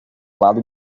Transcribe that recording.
lado